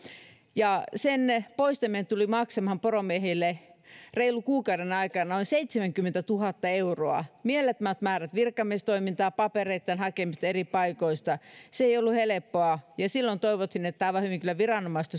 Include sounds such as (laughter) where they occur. ja sen poistaminen tuli maksamaan poromiehille reilun kuukauden aikana noin seitsemänkymmentätuhatta euroa mielettömät määrät virkamiestoimintaa papereitten hakemista eri paikoista se ei ollut helppoa silloin toivoin että aivan hyvin kyllä viranomaiset (unintelligible)